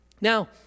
Now